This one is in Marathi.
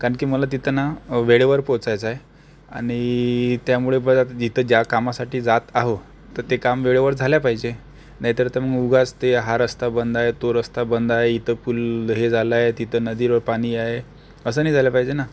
कारण की मला तिथे ना वेळेवर पोहोचायचं आहे आणि त्यामुळे जिथं ज्या कामासाठी जात आहो तर ते काम वेळेवर झालं पाहिजे नाहीतर ते मग उगाच ते हा रस्ता बंद आहे तो रस्ता बंद आहे इथं फुल हे झालं आहे तिथं नदीवर पाणी आहे असं नाही झालं पाहिजे ना